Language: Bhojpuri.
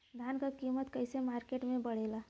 धान क कीमत कईसे मार्केट में बड़ेला?